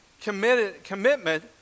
commitment